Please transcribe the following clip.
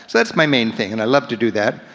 so that's my main thing and i love to do that.